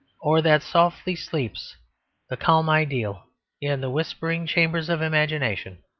or that softly sleeps the calm ideal in the whispering chambers of imagination.